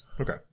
Okay